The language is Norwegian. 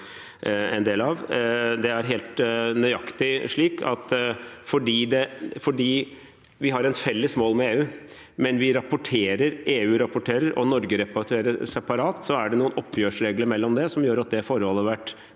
en del av. Det er helt nøyaktig slik at fordi vi har et felles mål med EU, men EU og Norge rapporterer separat, er det noen oppgjørsregler mellom det som gjør at det forbeholdet har vært